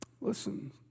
Listen